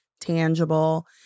tangible